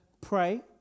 Pray